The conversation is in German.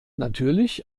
natürlich